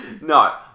No